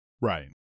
Right